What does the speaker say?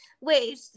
wait